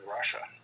Russia